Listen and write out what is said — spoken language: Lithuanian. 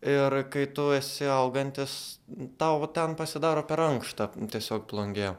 ir kai tu esi augantis tau ten pasidaro per ankšta tiesiog plungėje